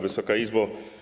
Wysoka Izbo!